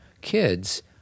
kids